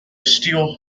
steel